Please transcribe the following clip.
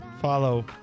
Follow